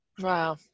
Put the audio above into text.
Wow